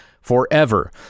forever